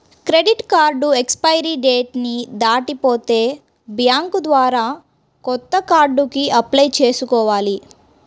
credit card expiry date ని దాటిపోతే bank ద్వారా కొత్త కార్డుకి అప్లై చేసుకోవాలి